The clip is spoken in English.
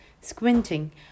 Squinting